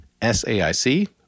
SAIC